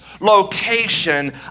location